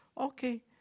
Okay